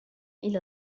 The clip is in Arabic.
إلى